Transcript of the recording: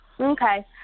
Okay